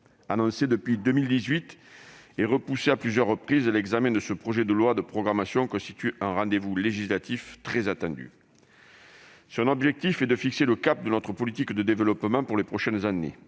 Annoncé depuis 2018 et repoussé à plusieurs reprises, l'examen de ce projet de loi de programmation était un rendez-vous législatif très attendu. L'objectif du texte est de fixer le cap de notre politique de développement pour les prochaines années.